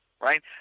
right